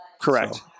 Correct